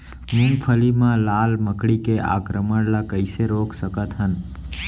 मूंगफली मा लाल मकड़ी के आक्रमण ला कइसे रोक सकत हन?